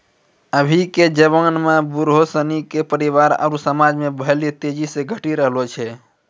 अभी के जबाना में बुढ़ो सिनी के परिवार आरु समाज मे भेल्यू तेजी से घटी रहलो छै